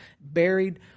buried